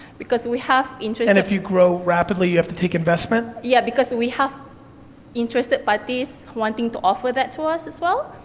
because we have interest. and if you grow rapidly, you have to take investment? yeah, because we have interested but parties wanting to offer that to us, as well,